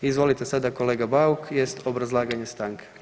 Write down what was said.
Izvolite sada kolega Bauk, jest obrazlaganje stanke.